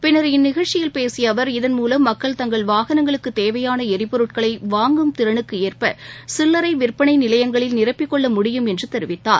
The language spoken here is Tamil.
பின்னர் இந்நிகழ்ச்சியில் பேசிய அவர் இதன் மூலம் மக்கள் தங்கள் வாகனங்களுக்குத் தேவையாள எரிபொருட்களை வாங்கும் திறனுக்கு ஏற்ப சில்லறை விற்பனை நிலையங்களில் நிரப்பிக்கொள்ள முடியும் என்று தெரிவித்தார்